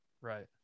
Right